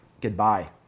goodbye